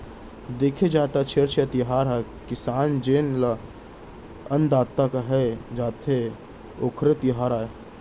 देखे जाए त छेरछेरा तिहार ह किसान जेन ल अन्नदाता केहे जाथे, ओखरे तिहार आय